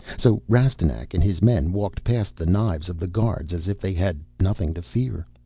so rastignac and his men walked past the knives of the guards as if they had nothing to fear.